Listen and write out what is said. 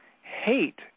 Hate